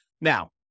Now